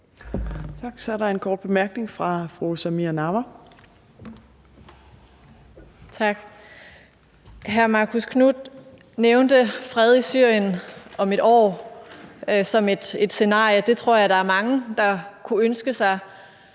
Så er der en kort bemærkning fra fru Samira Nawa. Kl. 15:22 Samira Nawa (RV): Tak. Hr. Marcus Knuth nævnte fred i Syrien om et år som et scenarie. Det tror jeg der er mange der kunne ønske sig,